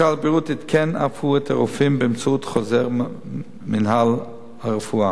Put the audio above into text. משרד הבריאות עדכן אף הוא את הרופאים באמצעות חוזר מינהל הרפואה.